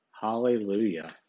Hallelujah